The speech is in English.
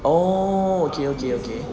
oh okay okay okay